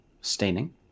staining